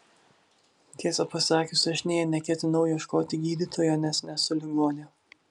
tiesą pasakius aš nė neketinau ieškoti gydytojo nes nesu ligonė